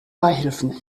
beihilfen